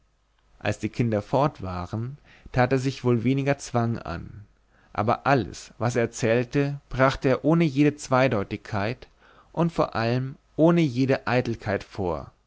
als die kinder fort waren tat er sich wohl weniger zwang an aber alles was er erzählte brachte er ohne jede zweideutigkeit und vor allem ohne jede eitelkeit vor